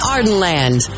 Ardenland